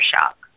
shock